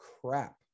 crap